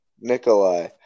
Nikolai